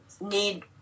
need